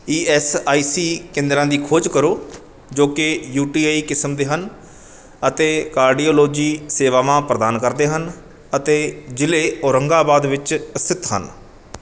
E S I C ਕੇਂਦਰਾਂ ਦੀ ਖੋਜ ਕਰੋ ਜੋ ਕਿ ਯੂ ਟੀ ਆਈ ਕਿਸਮ ਦੇ ਹਨ ਅਤੇ ਕਾਰਡੀਓਲੋਜੀ ਸੇਵਾਵਾਂ ਪ੍ਰਦਾਨ ਕਰਦੇ ਹਨ ਅਤੇ ਜ਼ਿਲ੍ਹੇ ਔਰੰਗਾਬਾਦ ਵਿੱਚ ਸਥਿਤ ਹਨ